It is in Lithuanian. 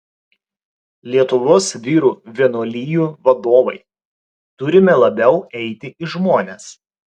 lietuvos vyrų vienuolijų vadovai turime labiau eiti į žmones